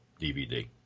DVD